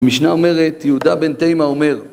המשנה אומרת, יהודה בן תימה אומר